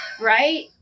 right